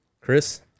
Chris